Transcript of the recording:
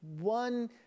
one